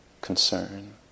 concern